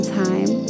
time